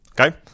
Okay